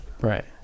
Right